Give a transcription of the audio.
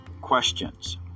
Questions